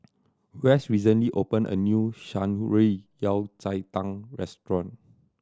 Wes recently opened a new Shan Rui Yao Cai Tang restaurant